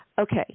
Okay